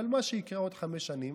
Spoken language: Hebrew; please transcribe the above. אבל מה שיקרה עוד חמש שנים,